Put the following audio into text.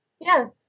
Yes